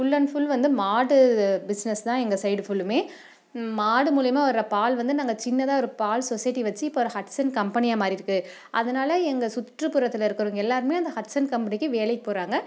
full and full வந்து மாடு business தான் எங்கள் சைடு ஃபுல்லுமே மாடு மூலிமா வர பால் வந்து நாங்கள் சின்னதாக ஒரு பால் சொசைட்டி வச்சு இப்போ ஒரு ஹட்சன் கம்பெனியாக மாறியிருக்கு அதனால் எங்கள் சுற்றுப்புறத்தில் இருக்கிறவங்க எல்லோருமே அந்த ஹட்சன் கம்பெனிக்கு வேலைக்கு போகிறாங்க